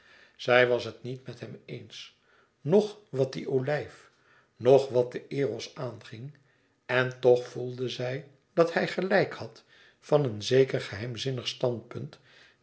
zij was het niet met hem eens noch wat die olijf noch wat den eros aanging en toch voelde zij dat hij gelijk had van een zeker geheimzinnig standpunt